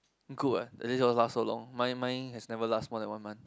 good what at least last so long mine mine has never last more than one month